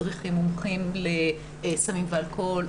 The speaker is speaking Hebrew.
מדריכים מומחים לסמים ואלכוהול,